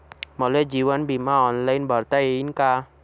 मले जीवन बिमा ऑनलाईन भरता येईन का?